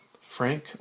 Frank